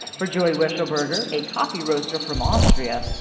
for joey weshelburger, a coffee roaster from austria,